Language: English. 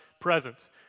presence